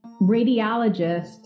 radiologist